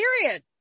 period